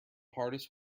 hardest